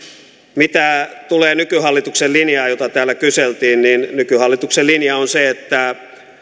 mitä tulee nykyhallituksen linjaan jota täällä kyseltiin niin nykyhallituksen linja on se että